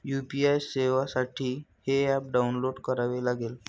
UPI सेवेसाठी हे app download करावे लागेल